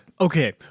Okay